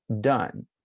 done